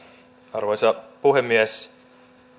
arvoisa puhemies